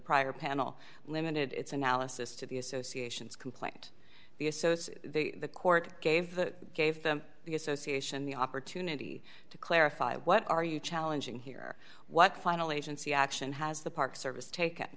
prior panel limited its analysis to the associations complaint the associate the court gave that gave them the association the opportunity to clarify what are you challenging here what final agency action has the park service taken